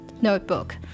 notebook